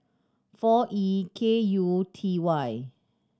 four E K U T Y